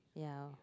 yeah